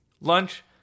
Lunch